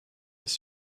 his